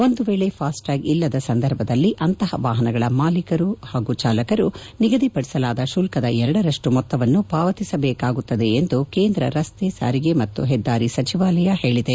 ಒಂದು ವೇಳಿ ಫಾಸ್ಟ್ಯಾಗ್ ಇಲ್ಲದ ಸಂದರ್ಭದಲ್ಲಿ ಅಂತಹ ವಾಹನಗಳ ಮಾಲೀಕರು ಚಾಲಕರು ನಿಗದಿಪಡಿಸಿದ ಶುಲ್ಕದ ಎರಡರಷ್ಟು ಮೊತ್ತವನ್ನು ಪಾವತಿಸಬೇಕಾಗುತ್ತದೆ ಎಂದು ಕೇಂದ್ರ ರಸ್ತೆ ಸಾರಿಗೆ ಮತ್ತು ಹೆದ್ದಾರಿ ಸಚಿವಾಲಯ ಹೇಳಿದೆ